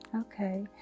okay